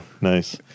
nice